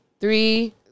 Three